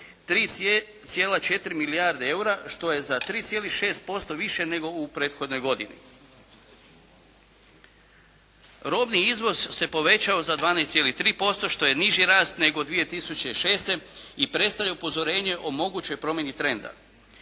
3,4 milijarde eura što je za 3,6% više nego u prethodnoj godini. Robni izvoz se povećao za 12,3% što je niži rast nego 2006. i predstavlja upozorenje o mogućoj promjeni trenda.